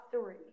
three